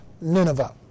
Nineveh